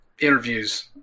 interviews